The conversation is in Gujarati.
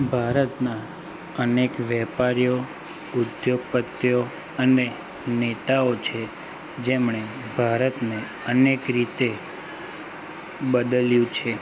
ભારતના અનેક વેપારીઓ ઉદ્યોગપતિઓ અને નેતાઓ છે જેમણે ભારતને અનેક રીતે બદલ્યું છે